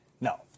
No